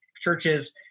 churches